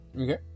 Okay